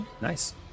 Nice